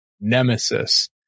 nemesis